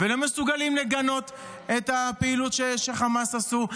ולא מסוגלים לגנות את הפעילות שחמאס עשו.